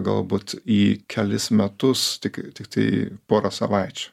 galbūt į kelis metus tik tiktai porą savaičių